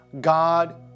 God